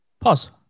Pause